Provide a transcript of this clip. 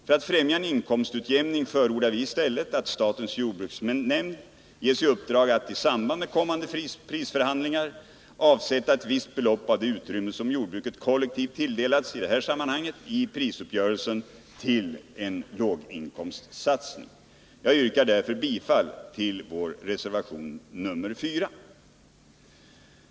För att främja en inkomstutjämning förordar vi i stället att statens jordbruksnämnd ges i uppdrag att i samband med kommande prisförhandlingar avsätta ett visst belopp av det utrymme som jordbruket kollektivt tilldelats i prisuppgörelsen till en låginkomstsatsning. Jag yrkar därför bifall till vår reservation nr 4.